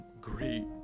great